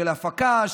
של הפקה,